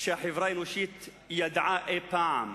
שהחברה האנושית ידעה אי-פעם.